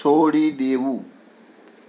છોડી દેવું